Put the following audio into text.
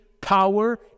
power